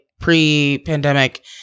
pre-pandemic